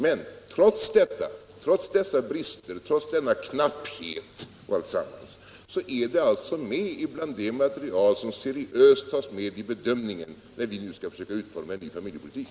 Men trots dessa brister och trots denna knapphet är det alltså med i det material som seriöst tas med i bedömningen när vi nu skall försöka utforma en ny familjepolitik.